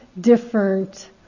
different